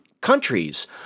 countries